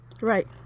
right